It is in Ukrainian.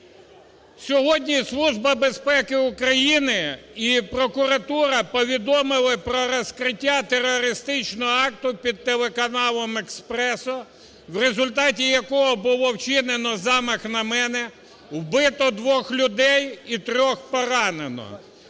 України і прокуратура повідомили про розкриття терористичного акту під телеканалом "Експресо", в результаті якого було вчинено замах на мене, вбито двох людей і трьох поранено.